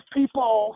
people